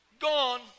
Gone